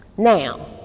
Now